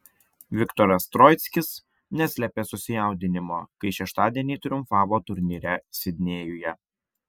viktoras troickis neslėpė susijaudinimo kai šeštadienį triumfavo turnyre sidnėjuje